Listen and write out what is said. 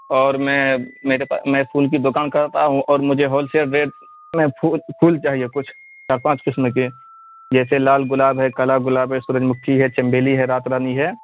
اور میں میرے میں پھول کی دکان کرتا ہوں اور مجھے ہول سیل ریٹ میں پھول پھول چاہیے کچھ چار پانچ قسم کے جیسے لال گلاب ہے کالا گلاب ہے سورج مکھی ہے چنبیلی ہے رات رانی ہے